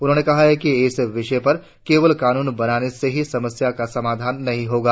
उन्होंने कहा कि इस विषय पर केवल कानून बनाने से ही समस्या का समाधान नहीं होगा